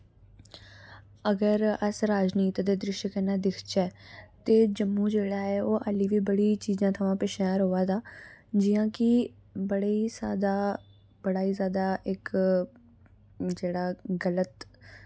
अगर अस राजनीत दे द्रिश्य कन्नै दिक्खचै ते जम्मू जेह्ड़ा ऐ ओह् आह्ली वी बड़ी चीजां थमां पिच्छै ऐ रवा दा जि'यां कि बड़े ही जैदा बड़ा ही जैदा इक जेह्ड़ा गलत